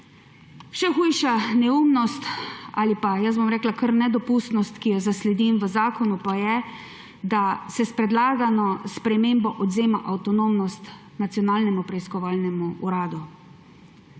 Še hujša neumnost ali pa, jaz bom rekla kar nedopustnost, ki jo zasledim v zakonu, pa je, da se s predlagano spremembo odvzema avtonomnost Nacionalnemu preiskovalnemu uradu.